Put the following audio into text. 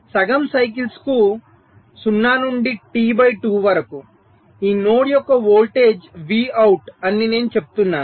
సగం సైకిల్స్ కు 0 నుండి T బై 2 వరకు ఈ నోడ్ యొక్క వోల్టేజ్ Vout అని నేను చెప్తున్నాను